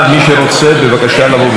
בבקשה לבוא ולהירשם.